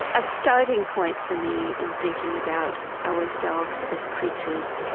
a starting point for me in thinking about ourselves as creatures